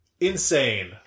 Insane